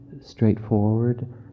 straightforward